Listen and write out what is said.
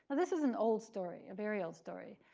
this is an old story, a very old story.